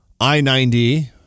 I-90